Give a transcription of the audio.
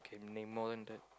need more than that